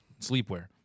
sleepwear